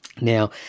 Now